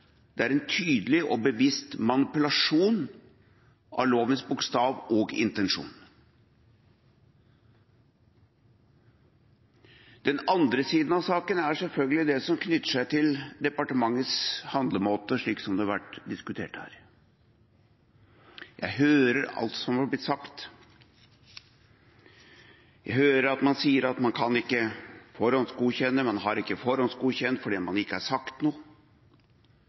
det er en tydelig og bevisst manipulasjon av lovens bokstav og intensjon. Den andre siden av saken er selvfølgelig det som knytter seg til departementets handlemåte, som har vært diskutert her. Jeg har hørt alt som er blitt sagt. Jeg hører at man sier at man kan ikke forhåndsgodkjenne, at man ikke har forhåndsgodkjent fordi man ikke har sagt